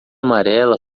amarela